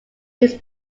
his